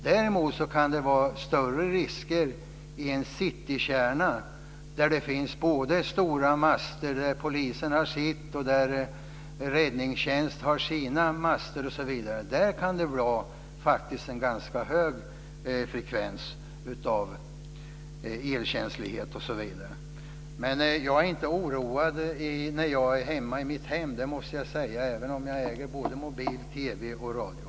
Däremot kan det vara större risker i en citykärna där det finns stora master, där polisen har sina system och räddningstjänsten har sina master, osv. Där kan det vara en ganska hög frekvens av elkänslighet osv. Jag är inte oroad när jag är hemma i mitt hem, det måste jag säga, även om jag äger mobiltelefon, TV